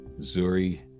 zuri